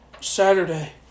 Saturday